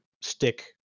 stick